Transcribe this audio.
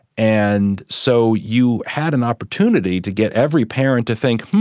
and so you had an opportunity to get every parent to think,